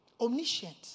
Omniscient